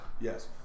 Yes